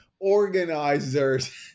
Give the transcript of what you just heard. organizers